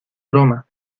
broma